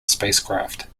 spacecraft